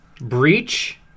Breach